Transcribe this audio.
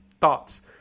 thoughts